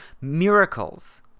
Miracles